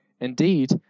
Indeed